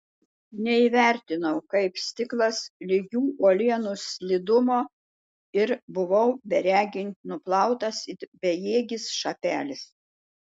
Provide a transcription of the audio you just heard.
neįvertinau kaip stiklas lygių uolienų slidumo ir buvau beregint nuplautas it bejėgis šapelis